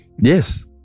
Yes